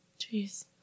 Jeez